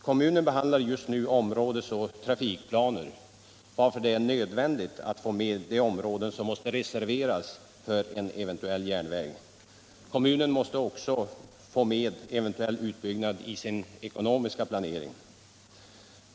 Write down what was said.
Kommunen behandlar just nu områdesoch trafikplaner, varför det är nödvändigt att få med de områden som måste reserveras för en eventuell järnväg. Kommunen måste också få med eventuell utbyggnad i sin ekonomiska planering.